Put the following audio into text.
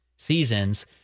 Seasons